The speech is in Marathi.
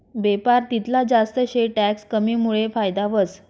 बेपार तितला जास्त शे टैक्स कमीमुडे फायदा व्हस